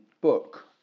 book